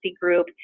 group